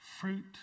Fruit